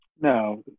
No